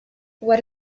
what